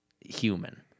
human